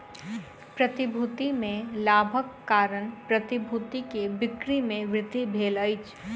प्रतिभूति में लाभक कारण प्रतिभूति के बिक्री में वृद्धि भेल अछि